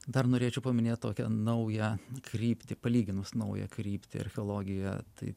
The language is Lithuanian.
dar norėčiau paminėt tokią naują kryptį palyginus naują kryptį archeologijoje tai